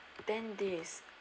ten days